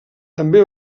també